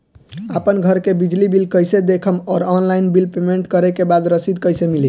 आपन घर के बिजली बिल कईसे देखम् और ऑनलाइन बिल पेमेंट करे के बाद रसीद कईसे मिली?